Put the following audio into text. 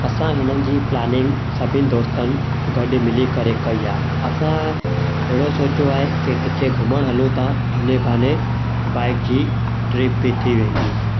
असां हिननि जी प्लानिंग सभिनि दोस्तनि गॾु मिली करे कई आहे असां अहिड़ो सोचो आहे की किथे घुमणु हलूं था हिन बहाने बाइक जी ट्रिप बि थी वेंदी